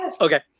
okay